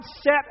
set